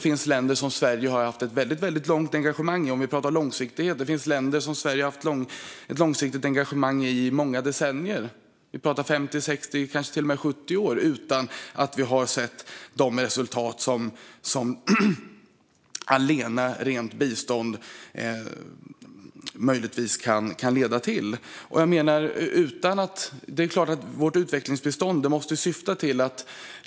För att prata långsiktighet finns det länder som Sverige haft ett väldigt långt engagemang i - vi pratar många decennier, kanske 50, 60 eller till och med 70 år - utan att vi sett de resultat som bistånd allena möjligtvis kan leda till.